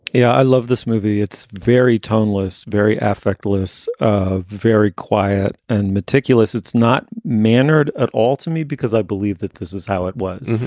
yeah i love this movie. it's very toneless, very affectless, ah very quiet and meticulous. it's not mannered at all to me, because i believe that this is how it was.